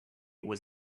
was